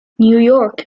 نيويورك